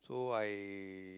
so I